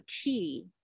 key